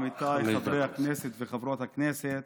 עמיתיי חברי הכנסת וחברות הכנסת,